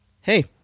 Hey